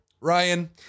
Ryan